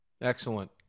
Excellent